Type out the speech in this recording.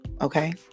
Okay